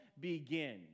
begin